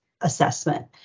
assessment